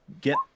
get